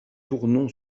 tournon